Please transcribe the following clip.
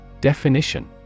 Definition